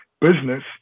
business